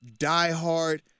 diehard